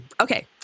okay